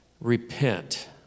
Repent